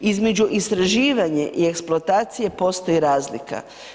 Između istraživanje i eksploatacije postoji razlika.